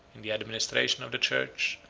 in the administration of the church,